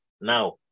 now